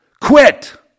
Quit